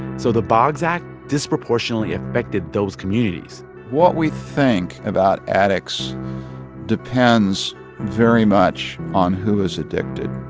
so the boggs act disproportionately affected those communities what we think about addicts depends very much on who is addicted.